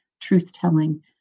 truth-telling